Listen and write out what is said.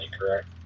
correct